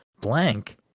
blank